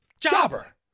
jobber